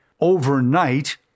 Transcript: overnight